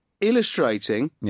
illustrating